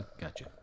Gotcha